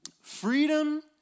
freedom